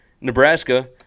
Nebraska